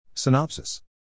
Synopsis